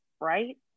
right